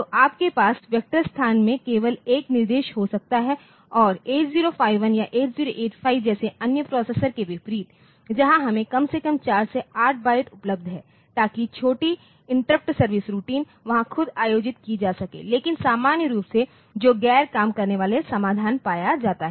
तो आपके पास वेक्टर स्थान में केवल एक निर्देश हो सकता है और 8051 या 8085 जैसे अन्य प्रोसेसर के विपरीत जहां हमें कम से कम 4 से 8 बाइट्स उपलब्ध हैं ताकि छोटी इंटरप्ट सर्विस रूटीन वहां खुद आयोजित की जा सके लेकिन सामान्य रूप से जो गैर काम करने वाला समाधान पाया जाता है